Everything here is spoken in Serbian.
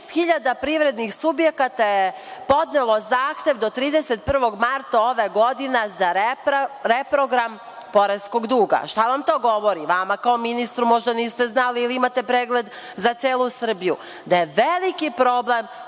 preko šest hiljada privrednih subjekata je podnelo zahtev do 31. marta ove godine za reprogram poreskog duga. Šta vam to govorim? Vama kao ministru. Možda niste znali, imate pregled za celu Srbiju,